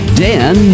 dan